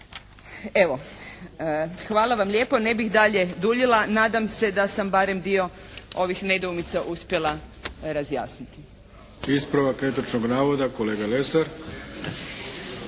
Evo hvala vam lijepo, ne bih dalje duljila, nadam se da sam barem dio ovih nedoumica uspjela razjasniti. **Arlović, Mato (SDP)** Ispravak netočnog navoda, kolega Lesar.